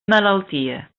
malaltia